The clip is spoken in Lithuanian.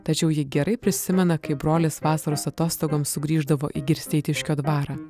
tačiau ji gerai prisimena kaip brolis vasaros atostogoms sugrįždavo į girsteitiškio dvarą